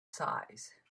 size